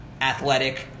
athletic